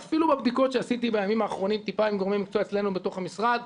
ואפילו בבדיקות שעשיתי בימים האחרונים עם גורמי מקצוע אצלנו במשרד,